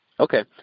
Okay